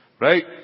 right